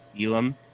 Elam